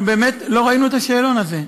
אנחנו באמת לא ראינו את השאלון הזה.